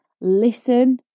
listen